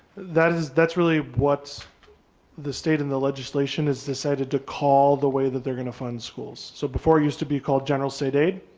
that is that's really what the state in the legislation is decided to call the way that they're gonna fund schools. so before it used to be called general state aid.